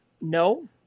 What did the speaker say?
No